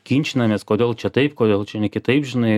ginčinamės kodėl čia taip kodėl čia ne kitaip žinai